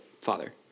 father